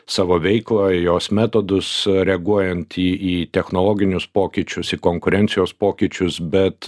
savo veiklą jos metodus reaguojant į į technologinius pokyčius į konkurencijos pokyčius bet